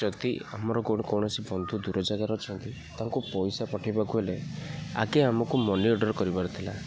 ଯଦି ଆମର କୌଣସି ବନ୍ଧୁ ଦୂର ଜାଗାରେ ଅଛନ୍ତି ତାଙ୍କୁ ପଇସା ପଠାଇବାକୁ ହେଲେ ଆଗେ ଆମକୁ ମନି ଅର୍ଡ଼ର କରିବାର ଥିଲା